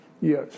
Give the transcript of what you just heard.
Yes